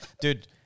dude